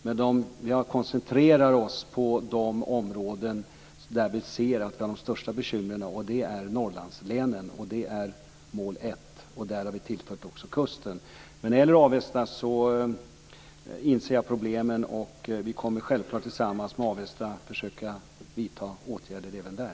Men vi koncentrerar oss på de områden där vi ser de största bekymren, och det är Norrlandslänen. Det är mål 1 dit vi också tillfört kusten. Jag inser problemen i Avesta. Vi kommer självklart att tillsammans med Avesta försöka vidta åtgärder även där.